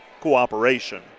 cooperation